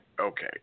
okay